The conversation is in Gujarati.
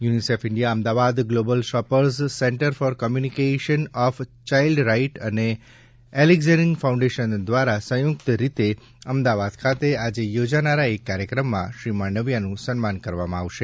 UNICEF India Ahmedabad global shapers centre for communication of child right અને એલીકઝીર ફાઇન્ડેશન દ્વારા સંયુકત રીતે અમદાવાદ ખાતે આજે યોજાનારા એક કાર્યક્રમમાં શ્રી માંડવીયાનું સન્માન કરવામાં આવશે